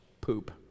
poop